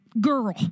girl